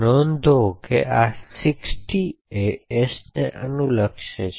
નોંધો કે આ 60 એ s ને અનુલક્ષે છે